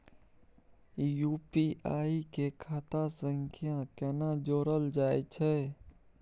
UPI के खाता सं केना जोरल जाए छै?